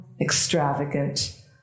extravagant